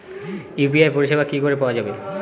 UPI পরিষেবা কি করে পাওয়া যাবে?